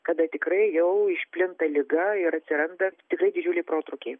kada tikrai jau išplinta liga ir atsiranda tikrai didžiuliai protrūkiai